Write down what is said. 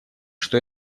что